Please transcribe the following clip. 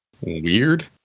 weird